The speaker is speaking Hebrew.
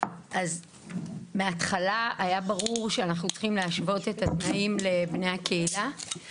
אז מההתחלה היה ברור שאנחנו צריכים להשוות את התנאים לבני הקהילה.